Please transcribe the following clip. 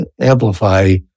amplify